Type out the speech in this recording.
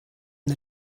the